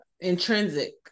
intrinsic